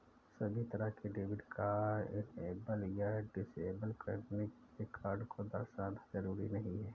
सभी तरह के डेबिट कार्ड इनेबल या डिसेबल करने के लिये कार्ड को दर्शाना जरूरी नहीं है